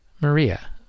Maria